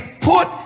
put